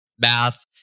math